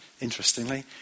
interestingly